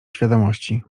świadomości